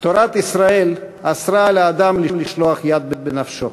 תורת ישראל אסרה על האדם לשלוח יד בנפשו.